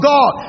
God